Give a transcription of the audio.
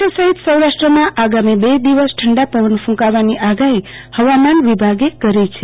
કચ્છ સહીત સૌરાષ્ટ્રમાં આગામી બે દિવસ ઠંડા પવન ક્રૂંકવાની આગાહી હવામાન વિભાગે કરી છે